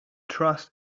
trust